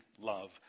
love